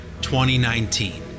2019